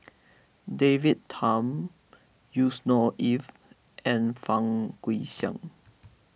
David Tham Yusnor Ef and Fang Guixiang